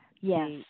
yes